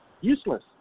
useless